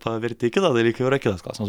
pavertė i kitą dalyką jau yra kitas klausimas